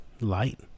light